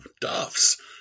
Duff's